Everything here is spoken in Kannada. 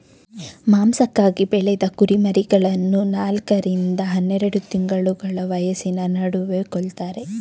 ಮಾಂಸಕ್ಕಾಗಿ ಬೆಳೆದ ಕುರಿಮರಿಗಳನ್ನು ನಾಲ್ಕ ರಿಂದ ಹನ್ನೆರೆಡು ತಿಂಗಳ ವಯಸ್ಸಿನ ನಡುವೆ ಕೊಲ್ತಾರೆ